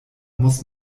muss